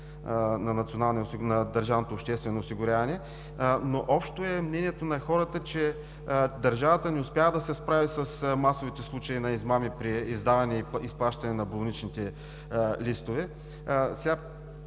на Държавното обществено осигуряване, но общо е мнението на хората, че държавата не успява да се справи с масовите случаи на измами при издаване и изплащане на болничните листове.